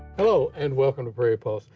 hello, and welcome to prairie public.